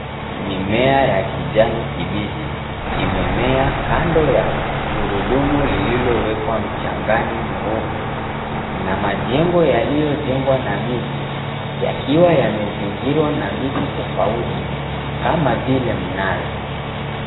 Mimea ya kijani kibichi imemea kando ya gurudumu lililowekwa mchangani mweupe na majengo yaliyojengwa na miti yakiwa yamezingirwa na miti tofauti kama vile mnazi.